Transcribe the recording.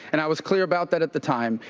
and i was clear about that at the time.